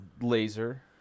laser